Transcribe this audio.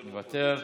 מוותר,